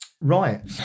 Right